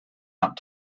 out